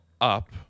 up